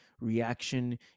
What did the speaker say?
reaction